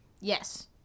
yes